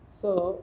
so